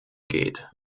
geht